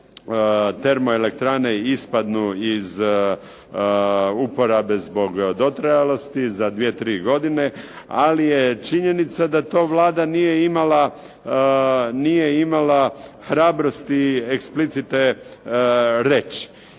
kada termoelektrane ispadnu iz uporabe zbog dotrajalosti za dvije, tri godine, ali je činjenica da to Vlada nije imala hrabrosti explicite reći.